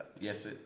yes